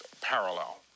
parallel